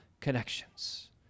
connections